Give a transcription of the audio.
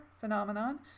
phenomenon